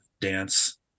dance